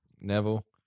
Neville